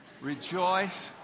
Rejoice